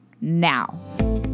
now